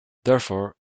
therefore